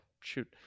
shoot